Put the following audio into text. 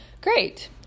Great